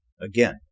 Again